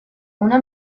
una